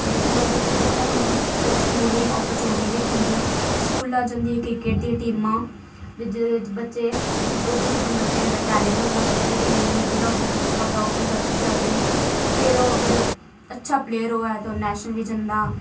ते जियां हून तुस दिक्खो कुछ मुड़ें गी अपर्च्यूनिटियां बी थ्होंदियां स्कूला जंदियां इक्क इक्क टीमां ते जेह्दे बच्चे जो कुछ बच्चे दे अंदर टैलेंट होंदा क्रिकेट गी लेइयै जेह्ड़ा जज्बा होंदा ओह्बी दस्सी सकदे फिर ओह् अगर अच्छा प्लेयर होऐ ते ओह् नेशनल बी जंदा